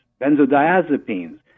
benzodiazepines